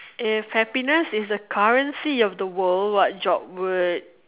if happiness is the currency of the world what job would